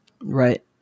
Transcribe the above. right